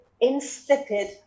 insipid